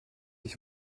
ich